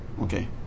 Okay